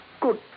good